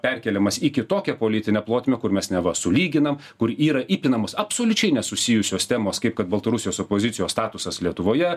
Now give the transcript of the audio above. perkeliamas į kitokią politinę plotmę kur mes neva sulyginam kur yra įpinamos absoliučiai nesusijusios temos kaip kad baltarusijos opozicijos statusas lietuvoje